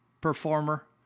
performer